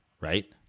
right